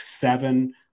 seven